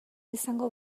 izango